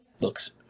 looks